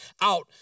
out